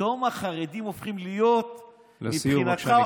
פתאום החרדים הופכים להיות מבחינתך, לסיום, בבקשה.